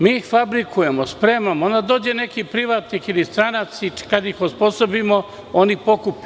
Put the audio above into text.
Mi ih fabrikujemo, spremamo, onda dođe neki privatnik ili stranac pa kad ih mi osposobimo, on ih pokupi.